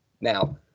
Now